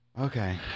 Okay